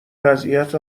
وضعیت